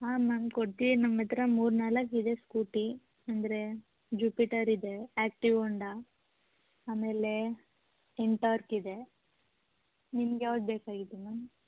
ಹಾಂ ಮ್ಯಾಮ್ ಕೊಡ್ತೀವಿ ನಮ್ಮ ಹತ್ತಿರ ಮೂರು ನಾಲ್ಕು ಇದೆ ಸ್ಕೂಟಿ ಅಂದರೆ ಜೂಪಿಟರ್ ಇದೆ ಆ್ಯಕ್ಟಿವ್ ಹೋಂಡಾ ಆಮೇಲೆ ಎಂಟಾರ್ಕ್ ಇದೆ ನಿಮ್ಗೆ ಯಾವ್ದು ಬೇಕಾಗಿತ್ತು ಮೇಡಮ್